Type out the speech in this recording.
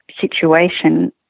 situation